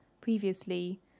previously